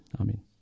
Amen